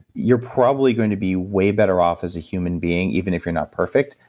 you're probably going to be way better off as a human being, even if you're not perfect.